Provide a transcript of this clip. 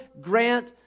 grant